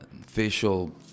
Facial